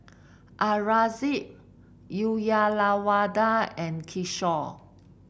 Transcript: Aurangzeb Uyyalawada and Kishore